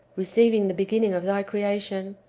receiving the beginning of thy creation,